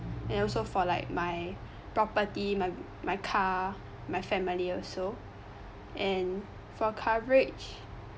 and also for like my property my my car my family also and for coverage